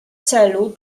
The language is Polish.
celu